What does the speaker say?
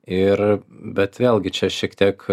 ir bet vėlgi čia šiek tiek